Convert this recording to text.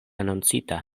anoncita